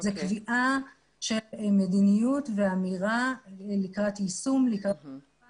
זאת קביעה של מדיניות ואמירה לקראת יישום ולקראת דברים